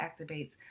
activates